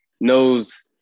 knows